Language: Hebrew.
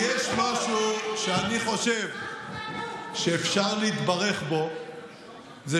אם יש משהו שאני חושב שאפשר להתברך בו זה